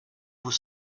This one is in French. vous